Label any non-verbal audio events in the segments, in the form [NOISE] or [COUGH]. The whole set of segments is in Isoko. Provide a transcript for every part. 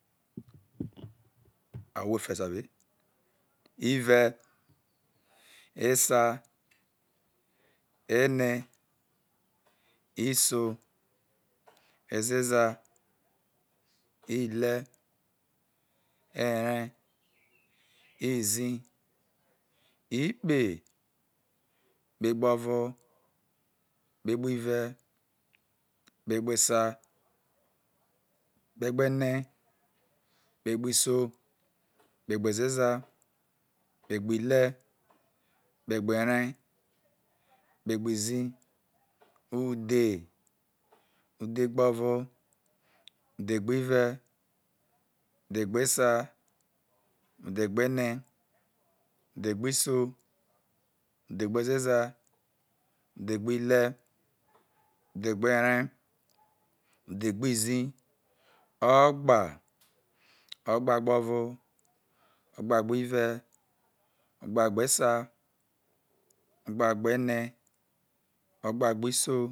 [NOISE] i go wait first abi, ive̱, esa, ene, isoi, ezeza, ihre, eree, izii, ikpe, kpegbo̱vo̱, kpegbive̱, kpegbesa, kpegbene, kpegbisoi, kpegbezeza kpegbihre, kpegberee, kpegbizii, udhe, udhegbo̱vo̱ udhegbi̱ve̱, udhegbesa, udhegbene, udhegbisoi, udhegbezeza, udhegbihre̱ udhegberee, udhegbizii, o̱gba, o̱gbagbo̱vo̱ o̱gbagbive̱. Ogbagbesa, o̱gbagbene, o̱gbagbisoi,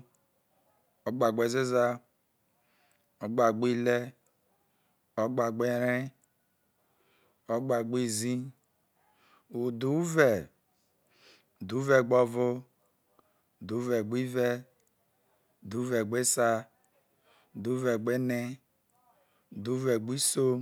o̱gbagbezeza, o̱gbagbihre, o̱gbagberee, o̱gbagbizii, udhuve̱, udhuve̱gbo̱vo̱, udhuve̱gbive, udhuve̱gbe̱sa, udhuve̱gbene, udhuvesoi.